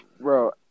Bro